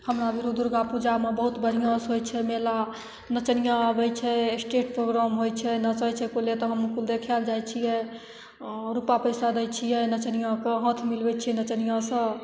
हमरा भिरु दुरगा पूजामे बहुत बढ़िआँसे होइ छै मेला नचनिआँ आबै छै स्टेज प्रोग्राम होइ छै नाचै छै पहिले तऽ हमहूँ देखै ले जाइ छिए आओर रुपा पइसा दै छिए नचनिआँके हाथ मिलबै छिए नचनिआँसे